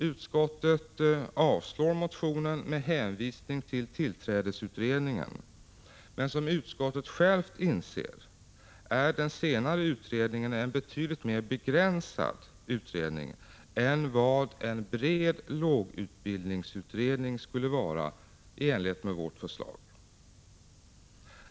Utskottet avstyrker motionen med hänvisning till tillträdesutredningen. Men som utskottet självt inser är den senare utredningen en betydligt mer begränsad utredning än vad en bred lågutbildningsutredning, i enlighet med vårt förslag, skulle vara.